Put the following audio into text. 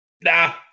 nah